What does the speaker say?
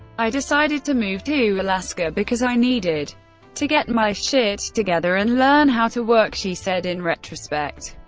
i decided to move to alaska, because i needed to get my shit together and learn how to work, she said in retrospect.